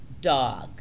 dog